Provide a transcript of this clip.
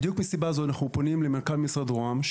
בדיוק מסיבה זו אנחנו פונים למנכ"ל משרד רוה"מ,